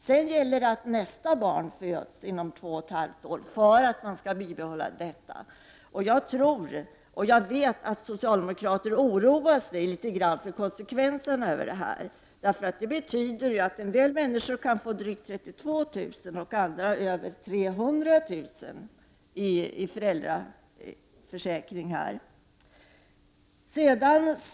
Sedan gäller det att nästa barn föds inom två och ett halvt år för att man skall bibehålla den. Jag tror och vet att socialdemokrater oroar sig litet för konsekvenserna, då detta betyder att en del människor kan få drygt 32 000 kr. och andra över 300 000 kr. i föräldraförsäkring.